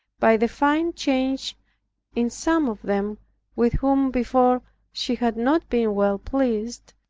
by the fine change in some of them with whom before she had not been well pleased,